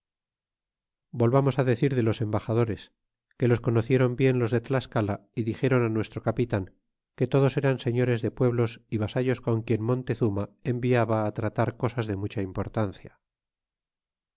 volvamos decir de los embaxadores que los conocieron bien los de tlascala y dixéron nuestro capitan que todos eran señores de pueblos é vasallos con quien montezuma enviaba tratar cosas de mucha importancia